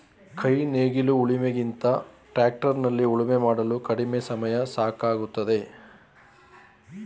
ಕೈ ನೇಗಿಲು ಉಳಿಮೆ ಗಿಂತ ಟ್ರ್ಯಾಕ್ಟರ್ ನಲ್ಲಿ ಉಳುಮೆ ಮಾಡಲು ಕಡಿಮೆ ಸಮಯ ಸಾಕಾಗುತ್ತದೆ